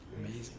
amazing